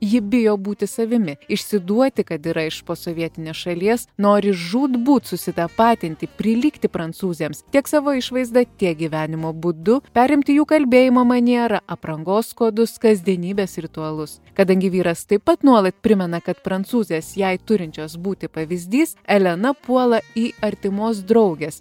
ji bijo būti savimi išsiduoti kad yra iš posovietinės šalies nori žūtbūt susitapatinti prilygti prancūzėms tiek savo išvaizda tie gyvenimo būdu perimti jų kalbėjimo manierą aprangos kodus kasdienybės ritualus kadangi vyras taip pat nuolat primena kad prancūzės jai turinčios būti pavyzdys elena puola į artimos draugės